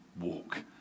walk